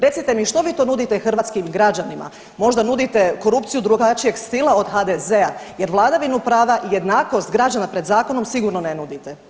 Recite mi, što vi to nudite hrvatskim građanima, možda nudite korupciju drugačijeg stila od HDZ-a jer vladavinu prava i jednakost građana pred zakonom sigurno ne nudite.